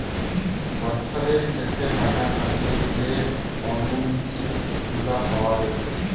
বছরের শেষে টাকা খাটিয়ে যে অনুইটি গুলা পাওয়া যাইতেছে